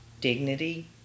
dignity